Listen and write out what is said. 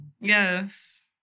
Yes